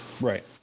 Right